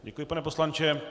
Děkuji, pane poslanče.